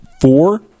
four